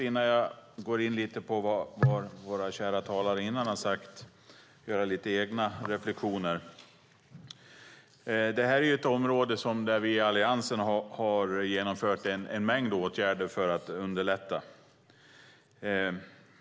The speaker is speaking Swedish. Innan jag kommenterar vad tidigare talare har sagt ska jag göra några egna reflexioner. Det här är ett område där vi i Alliansen har vidtagit en mängd åtgärder för att underlätta.